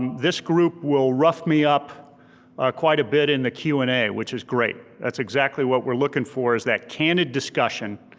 this group will rough me up quite a bit in the q and a which is great, that's exactly what we're looking for is that candid discussion